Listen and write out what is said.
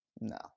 No